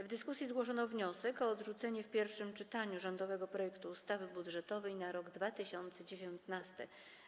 W dyskusji zgłoszono wniosek o odrzucenie w pierwszym czytaniu rządowego projektu ustawy budżetowej na rok 2019.